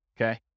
okay